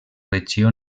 regió